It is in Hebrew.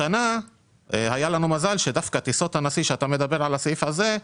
השנה היה לנו מזל שטיסות הנשיא שאתה מדבר על הסעיף הזה,